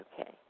Okay